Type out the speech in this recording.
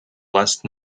last